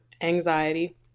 anxiety